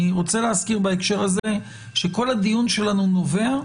אני רוצה להזכיר בהקשר הזה שכל הדיון שלנו נובע,